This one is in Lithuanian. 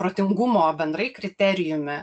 protingumo bendrai kriterijumi